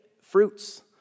fruits